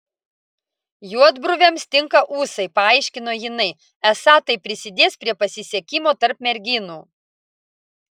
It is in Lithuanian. juodbruviams tinka ūsai paaiškino jinai esą tai prisidės prie pasisekimo tarp merginų